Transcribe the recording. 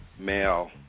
male